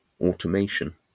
automation